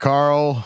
Carl